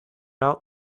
out